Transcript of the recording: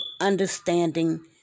understanding